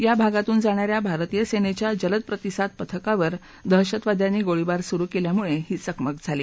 या भागातून जाणा या भारतीय सांगित्रा जलद प्रतिसाद पथकावर दहशतवाद्यांनी गोळीबार सुरु कल्यामुळं ही चकमक झाली